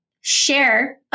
share